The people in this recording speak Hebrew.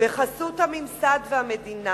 בחסות הממסד והמדינה.